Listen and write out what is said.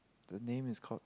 the name is call